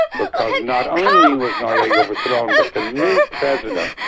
because not only was noriega overthrown but the new president,